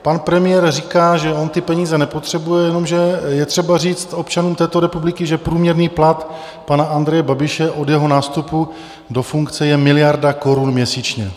Pan premiér říká, že on ty peníze nepotřebuje, jenomže je třeba říct občanům této republiky, že průměrný plat pana Andreje Babiše od jeho nástupu do funkce je miliarda korun měsíčně.